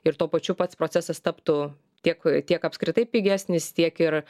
ir tuo pačiu pats procesas taptų tiek tiek apskritai pigesnis tiek ir